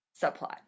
subplot